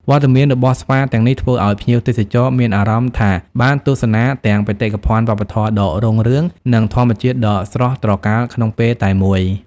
វត្តមានរបស់ស្វាទាំងនេះធ្វើឱ្យភ្ញៀវទេសចរមានអារម្មណ៍ថាបានទស្សនាទាំងបេតិកភណ្ឌវប្បធម៌ដ៏រុងរឿង និងធម្មជាតិដ៏ស្រស់ត្រកាលក្នុងពេលតែមួយ។